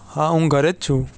હા હું ઘરે જ છું